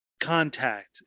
contact